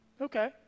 Okay